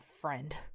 friend